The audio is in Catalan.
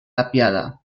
tapiada